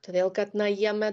todėl kad na jame